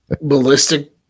ballistic